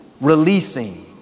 releasing